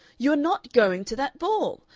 you are not going to that ball!